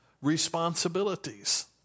responsibilities